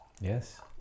Yes